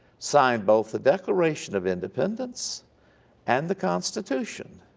signed both the declaration of independence and the constitution.